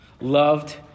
loved